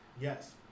Yes